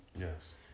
Yes